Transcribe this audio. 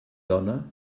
dona